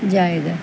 জায়গা